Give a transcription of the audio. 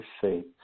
faith